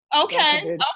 okay